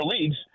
leagues